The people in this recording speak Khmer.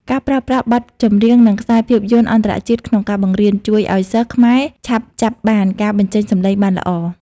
ការប្រើប្រាស់បទចម្រៀង និងខ្សែភាពយន្តអន្តរជាតិក្នុងការបង្រៀន ជួយឱ្យសិស្សខ្មែរឆាប់ចាប់បានការបញ្ចេញសំឡេងបានល្អ។